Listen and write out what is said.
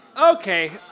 Okay